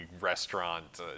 restaurant